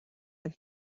and